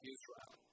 Israel